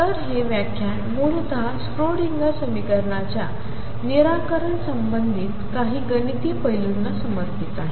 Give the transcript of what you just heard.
तर हे व्याख्यान मूलतः स्क्रोडिंगर समीकरणाच्या निराकरण संबंधित काही गणिती पैलूंना समर्पित आहे